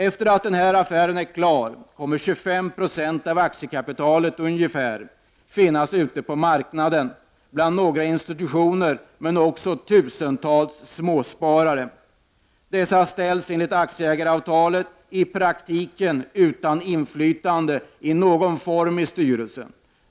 Efter det att denna affär är klar kommer ungefär 25 90 av aktiekapitalet att finnas ute på marknaden, utspritt på några institutioner men också på tusentals småsparare. Dessa ställs enligt aktieägaravtalet i praktiken utan någon form av inflytande i styrelsen.